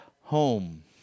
home